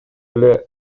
деле